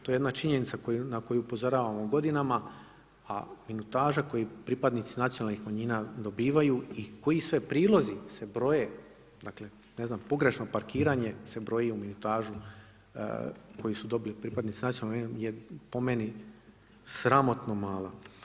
To je jedna činjenica na koju upozoravamo godinama, a minutaža koju pripadnici nacionalnih manjina dobivaju i koji sve prilozi se broje, dakle pogrešno parkiranje se broji u minutažu koji su dobili pripadnici nacionalnih manjina je po meni sramotno mala.